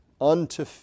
unto